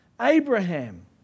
Abraham